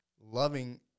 Loving